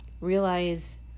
realize